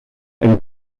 and